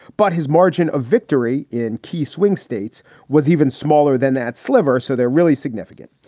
but his margin of victory in key swing states was even smaller than that sliver. so they're really significant.